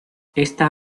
esta